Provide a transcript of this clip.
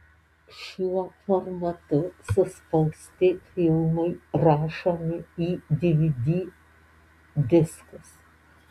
šiuo formatu suspausti filmai rašomi į dvd diskus